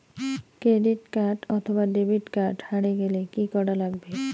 Credit card অথবা debit card হারে গেলে কি করা লাগবে?